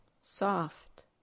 soft